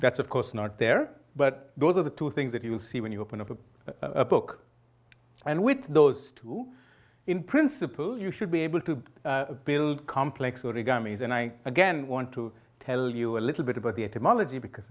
that's of course not there but those are the two things that you see when you open up a book and with those two in principle you should be able to build complex origami is and i again want to tell you a little bit about the etymology because